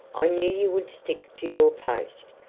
i knew you would stick to your post.